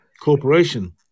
corporation